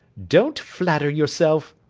don't flatter yourself